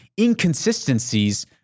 inconsistencies